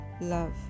Love